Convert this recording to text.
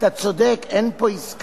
אתה צודק: אין פה עסקאות,